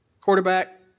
Quarterback